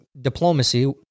diplomacy